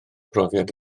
brofiad